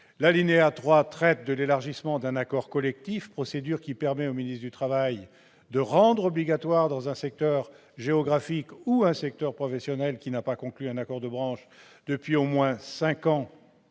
alinéa traite de l'élargissement d'un accord collectif, procédure qui permet au ministre du travail de rendre obligatoires, dans un secteur géographique ou professionnel qui n'a pas conclu un accord de branche depuis au moins cinq ans,